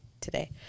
today